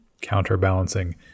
counterbalancing